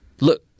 look